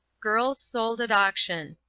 girls sold at auction.